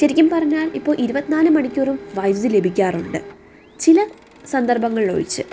ശരിക്കും പറഞ്ഞാൽ ഇപ്പോൾ ഇരുപത്തിനാല് മണിക്കൂറും വൈദ്യുതി ലഭിക്കാറുണ്ട് ചില സന്ദർഭങ്ങളില് ഒഴിച്ച്